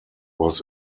was